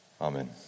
Amen